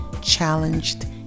challenged